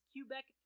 Quebec